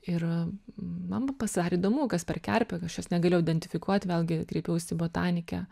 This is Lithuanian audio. ir man b pasidarė įdomu kas per kerpė aš jos negalėjau identifikuot vėlgi kreipiaus į botanikę